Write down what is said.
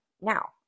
Now